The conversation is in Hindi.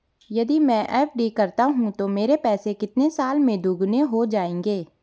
यदि मैं एफ.डी करता हूँ तो मेरे पैसे कितने साल में दोगुना हो जाएँगे?